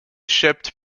shipped